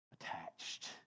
attached